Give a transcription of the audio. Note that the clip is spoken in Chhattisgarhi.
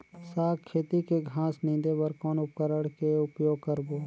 साग खेती के घास निंदे बर कौन उपकरण के उपयोग करबो?